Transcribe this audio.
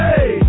Hey